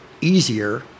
easier